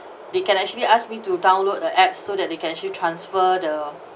they can actually asked me to download the app so that they can actually transfer the